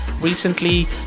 recently